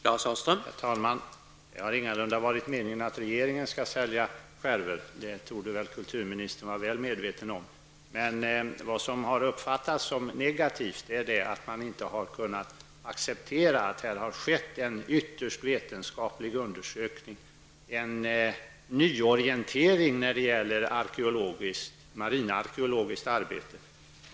Herr talman! Det har ingalunda varit meningen att regeringen skall sälja skärvor. Det torde kulturministern vara väl medveten om. Vad som har uppfattats som negativt är att man inte har kunnat acceptera att det har genomförts en ytterst vetenskaplig undersökning, som innebär en nyorientering när det gäller marinarkeologiskt arbete.